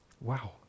Wow